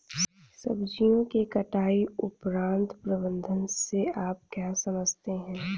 सब्जियों के कटाई उपरांत प्रबंधन से आप क्या समझते हैं?